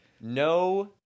No